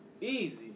Easy